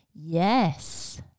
Yes